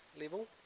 level